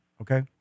okay